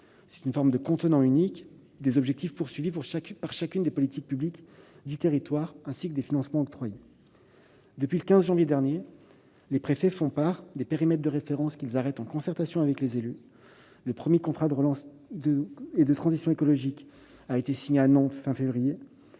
C'est, en somme, un contenant unique des objectifs de chacune des politiques publiques du territoire et des financements octroyés. Depuis le 15 janvier dernier, les préfets font part des périmètres de référence qu'ils arrêtent en concertation avec les élus. Le premier contrat de relance et de transition écologique a été signé à Nantes à la fin